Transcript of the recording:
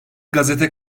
gazete